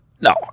No